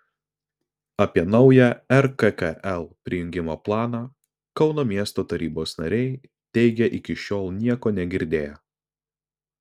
apie naują rkkl prijungimo planą kauno miesto tarybos nariai teigia iki šiol nieko negirdėję